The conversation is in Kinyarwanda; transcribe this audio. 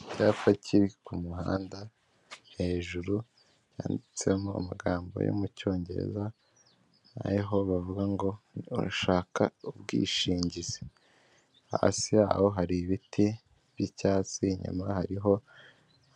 Icyapa kiri ku ku muhanda hejuru handitsemo amagambo yo mucyongereza ariho bavuga ngo urashaka ubwishingizi, hasi aho hari ibiti by'cyatsi inyuma hariho